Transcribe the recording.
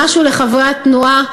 משהו לחברי התנועה,